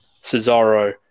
Cesaro